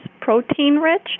protein-rich